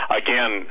again